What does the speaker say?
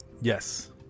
Yes